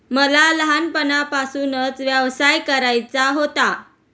मला लहानपणापासूनच व्यवसाय करायचा होता